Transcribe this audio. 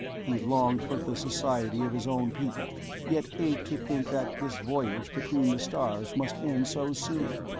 he longed for the society of his own people, yet ached to think that this voyage between the stars must end so soon.